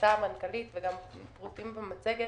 שפרסה המנכ"לית וגם פרוטים במצגת,